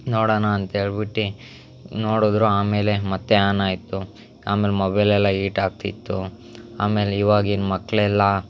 ನೋಡೋಣ ಅಂತ ಹೇಳ್ಬಿಟ್ಟು ನೋಡಿದ್ರು ಆಮೇಲೆ ಮತ್ತೆ ಆನ್ ಆಯಿತು ಆಮೇಲೆ ಮೊಬೈಲೆಲ್ಲ ಹೀಟ್ ಆಗ್ತಿತ್ತು ಆಮೇಲೆ ಇವಾಗಿನ ಮಕ್ಕಳೆಲ್ಲ